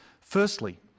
Firstly